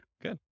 good